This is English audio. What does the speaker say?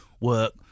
work